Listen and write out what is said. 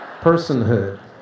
personhood